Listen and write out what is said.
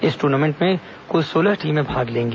इस ट्र्नामेंट में कुल सोलह टीमें भाग लेंगी